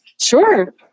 Sure